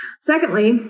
Secondly